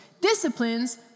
Disciplines